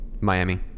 Miami